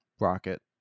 rocket